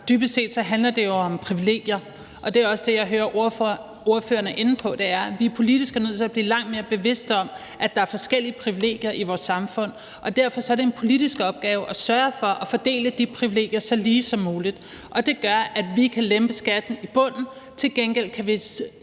Dybest set handler det jo om privilegier, og det er også det, jeg hører ordføreren er inde på. Det er, at vi politisk er nødt til at blive langt mere bevidste om, at der er forskellige privilegier i vores samfund, og derfor er det en politisk opgave at sørge for at fordele de privilegier så lige som muligt, og det gør, at vi kan lempe skatten i bunden. Til gengæld kan vi